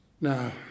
Now